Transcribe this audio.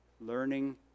learning